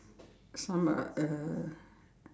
some are uh